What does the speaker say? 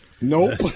Nope